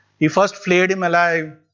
he first flayed him alive,